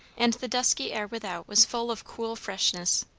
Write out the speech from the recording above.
and the dusky air without was full of cool freshness.